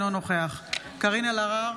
אינו נוכח קארין אלהרר,